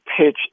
pitch